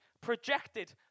projected